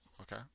Okay